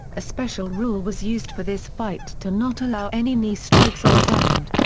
a special rule was used for this fight to not allow any knee strikes on the ground.